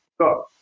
got